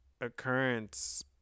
occurrence